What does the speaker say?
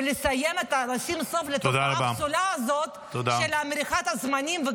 ולשים סוף לתופעה הפסולה הזאת של מריחת הזמנים.